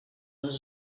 les